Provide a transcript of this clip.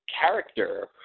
character